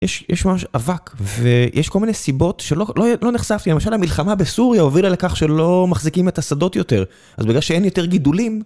יש ממש אבק, ויש כל מיני סיבות שלא נחשפתי, למשל המלחמה בסוריה הובילה לכך שלא מחזיקים את השדות יותר, אז בגלל שאין יותר גידולים...